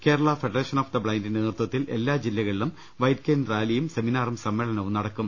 Kerala federation of the ബ്ലൈൻഡിന്റെ നേതൃത്വത്തിൽ എല്ലാ ജില്ലകളിലും വൈറ്റ് കെയിൻ റാലിയും സെമിനാറും സമ്മേളനവും നടക്കും